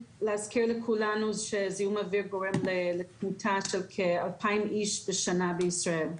להזכיר לכולנו שזיהום אוויר גורם לתמותה של כ-2,000 איש בשנה בישראל.